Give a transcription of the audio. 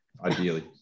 ideally